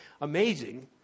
Amazing